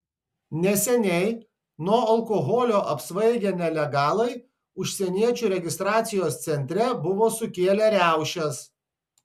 neseniai nuo alkoholio apsvaigę nelegalai užsieniečių registracijos centre buvo sukėlę riaušes